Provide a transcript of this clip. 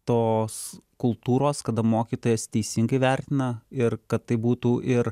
tos kultūros kada mokytojas teisingai vertina ir kad tai būtų ir